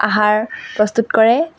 আহাৰ প্ৰস্তুত কৰে